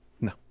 no